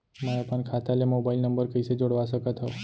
मैं अपन खाता ले मोबाइल नम्बर कइसे जोड़वा सकत हव?